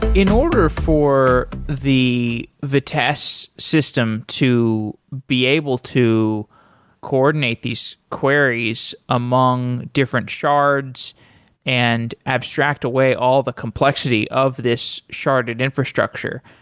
in order for the vitess system to be able to coordinate these queries among different shards and abstract away all the complexity of this sharded infrastructure,